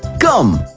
come,